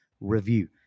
Review